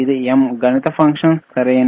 ఇది M గణిత function సరైనది